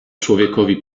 człowiekowi